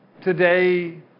today